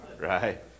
right